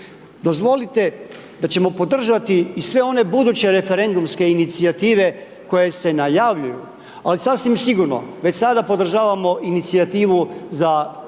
Dozvolite da ćemo podržati i sve one buduće referendumske inicijative koje se najavljuju. Ali sasvim sigurno, već sada podržavamo inicijativu za glasovanje